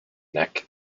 neck